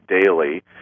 daily